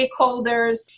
stakeholders